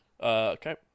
Okay